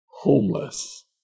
homeless